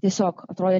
tiesiog atrodė